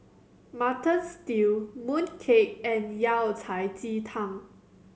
Mutton Stew mooncake and Yao Cai ji tang